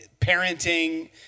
parenting